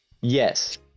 Yes